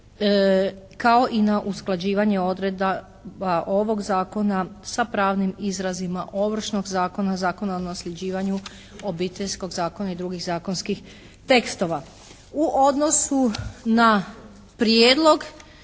kao i na usklađivanje odredaba ovog zakona sa pravnim izrazima Ovršnog zakona, Zakona o nasljeđivanju, Obiteljskog zakona i drugih zakonskih tekstova. U odnosu na prijedlog,